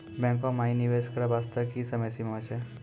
बैंको माई निवेश करे बास्ते की समय सीमा छै?